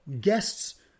guests